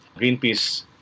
Greenpeace